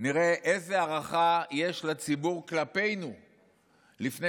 נראה איזו הערכה יש לציבור כלפינו לפני